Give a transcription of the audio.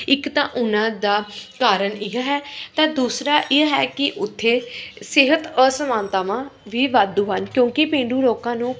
ਇੱਕ ਤਾਂ ਉਹਨਾਂ ਦਾ ਕਾਰਨ ਇਹ ਹੈ ਤਾਂ ਦੂਸਰਾ ਇਹ ਹੈ ਕਿ ਉੱਥੇ ਸਿਹਤ ਅਸਮਾਨਤਾਵਾਂ ਵੀ ਵਾਧੂ ਹਨ ਕਿਉਂਕਿ ਪੇਂਡੂ ਲੋਕਾਂ ਨੂੰ